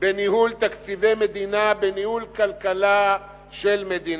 בניהול תקציבי מדינה, בניהול כלכלה של מדינה.